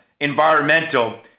environmental